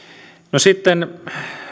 sitten